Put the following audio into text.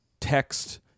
text